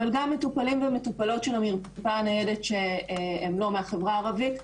אבל גם מטופלים ומטופלות של המרפאה הניידת שהם לא מהחברה הערבית,